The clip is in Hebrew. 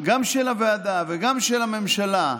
גם של הוועדה וגם של הממשלה,